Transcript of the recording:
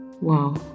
Wow